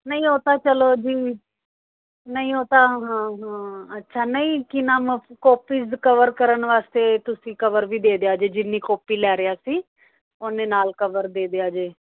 ਨਹੀਂ ਉਹ ਤਾਂ ਚਲੋ ਜੀ ਨਹੀਂ ਉਹ ਤਾਂ ਹਾਂ ਹਾਂ ਅੱਛਾ ਨਹੀਂ ਕੀ ਨਾਮ ਕੋਪੀਜ ਕਵਰ ਕਰਨ ਵਾਸਤੇ ਤੁਸੀਂ ਕਵਰ ਵੀ ਦੇ ਦਿਆ ਜੇ ਜਿੰਨੀ ਕੋਪੀ ਲੈ ਰਹੇ ਹਾਂ ਅਸੀਂ ਓਨੇ ਨਾਲ ਕਵਰ ਦੇ ਦਿਆ ਜੇ